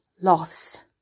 loss